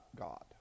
God